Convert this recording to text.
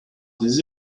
des